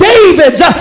Davids